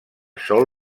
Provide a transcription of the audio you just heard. sol